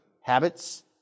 habits